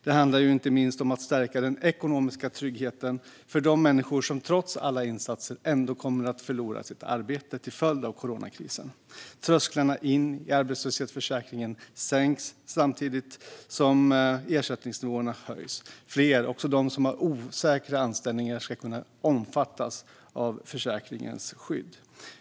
Det handlar ju inte minst om att stärka den ekonomiska tryggheten för de människor som trots alla insatser ändå kommer att förlora sitt arbete till följd av coronakrisen. Trösklarna in till arbetslöshetsförsäkringen sänks samtidigt som ersättningsnivåerna höjs. Fler, också de som har osäkra anställningar, ska kunna omfattas av försäkringens skydd.